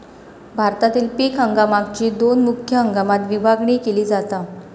भारतातील पीक हंगामाकची दोन मुख्य हंगामात विभागणी केली जाता